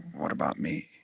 what about me?